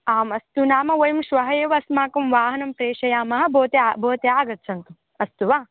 आम् अस्तु नाम वयं श्वः एव अस्माकं वाहनं प्रेषयामः भवन्तः भवन्तः आगच्छन्तु अस्तु वा